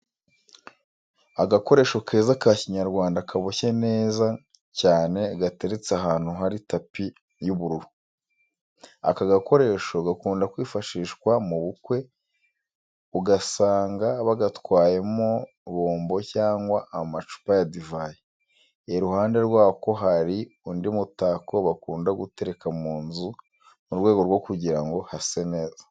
Agakoresho keza ka Kinyarwanda kaboshye neza cyane gateretse ahantu hari tapi y'ubururu. Aka gakoresho gakunda kwifashishwa mu bukwe, ugasanga bagatwayemo bombo cyangwa amacupa ya divayi. Iruhande rwako hari undi mutako bakunda gutereka mu nzu mu rwego rwo kugira ngo hase neza.